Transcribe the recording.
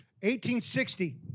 1860